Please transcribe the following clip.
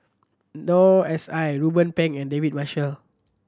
Noor S I Ruben Pang and David Marshall